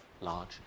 large